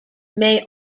may